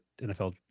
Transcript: NFL